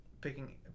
picking